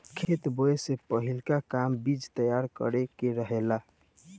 खेत बोए से पहिलका काम बीज तैयार करे के रहेला